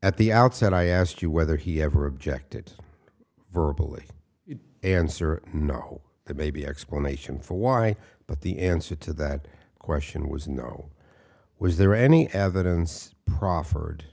at the outset i asked you whether he ever objected verbal or answer no the baby explanation for why but the answer to that question was no was there any evidence